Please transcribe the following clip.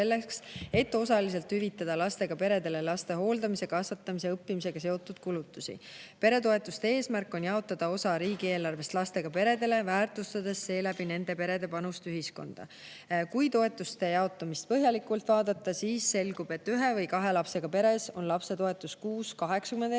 et osaliselt hüvitada lastega peredele laste hooldamise, kasvatamise ja õppimisega seotud kulutusi. Peretoetuste eesmärk on jaotada osa riigieelarvest lastega peredele, väärtustades selle kaudu nende perede panust ühiskonda. Kui toetuste jaotamist põhjalikult vaadata, siis selgub, et ühe või kahe lapsega peres on lapsetoetus kuus